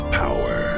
power